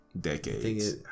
decades